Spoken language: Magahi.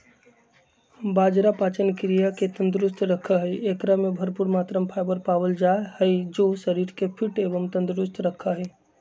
बाजरा पाचन क्रिया के तंदुरुस्त रखा हई, एकरा में भरपूर मात्रा में फाइबर पावल जा हई जो शरीर के फिट एवं तंदुरुस्त रखा हई